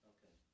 Okay